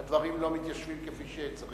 לסדר-היום אם חלילה הדברים לא מתיישבים כפי שצריך.